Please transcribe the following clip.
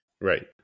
Right